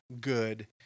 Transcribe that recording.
good